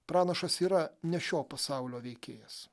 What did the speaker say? pranašas yra ne šio pasaulio veikėjas